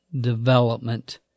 development